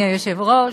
אדוני היושב-ראש,